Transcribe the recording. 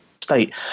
state